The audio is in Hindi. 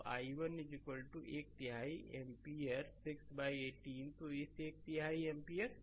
तो i1 एक तिहाई एम्पीयर 618 है तो एक तिहाई एम्पीयर